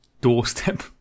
doorstep